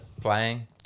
playing